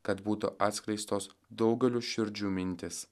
kad būtų atskleistos daugelių širdžių mintys